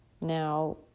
Now